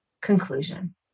conclusion